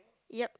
yup